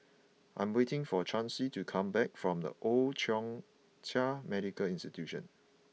I'm waiting for Chauncey to come back from The Old Thong Chai Medical Institution